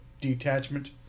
detachment